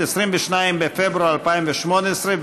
22 בפברואר 2018,